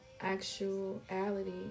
actuality